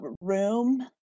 room